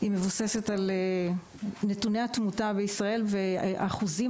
היא מבוססת על נתוני התמותה בישראל והאחוזים